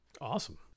Awesome